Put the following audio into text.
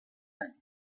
any